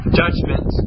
judgment